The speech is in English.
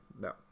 no